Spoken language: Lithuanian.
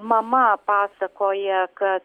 mama pasakoja ka